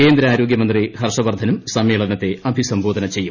കേന്ദ്ര ആരോഗ്യമന്ത്രി ഹർഷവർദ്ധനും സമ്മേളനത്തെ അഭിസംബോധന ചെയ്യും